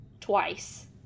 twice